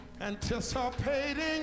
anticipating